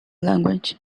language